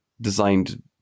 designed